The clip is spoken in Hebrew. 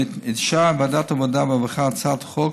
אישרה ועדת העבודה והרווחה הצעת חוק